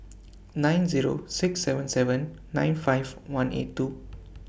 nine Zero six seven seven nine five one eight two